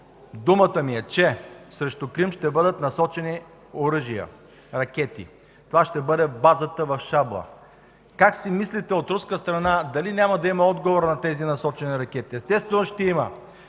думата ми е, че срещу Крим ще бъдат насочени оръжия, ракети. Това ще бъде в базата в Шабла. Как си мислите, от руска страна дали няма да има отговор на тези насочени ракети? Естествено ще има.